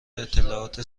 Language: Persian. اطلاعات